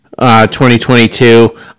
2022